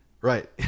Right